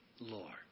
Lord